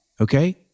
Okay